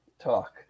talk